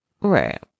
Right